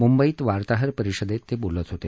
मुंबईत वार्ताहर परिषदेत ते बोलत होते